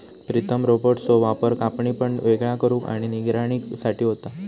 प्रीतम रोबोट्सचो वापर कापणी, तण वेगळा करुक आणि निगराणी साठी होता